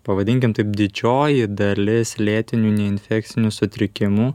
pavadinkim taip didžioji dalis lėtinių neinfekcinių sutrikimų